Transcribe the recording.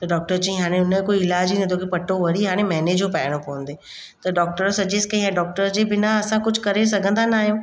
त डॉक्टर चयईं हाणे हुन जो कोई इलाज़ु ई न आहे तोखे पटो वरी हाणे महिनो जो पाइणो पवंदो त डॉक्टर सजेस्ट कयईं डॉक्टर जे ॿिना असां कुझु करे सघंदा न आहियूं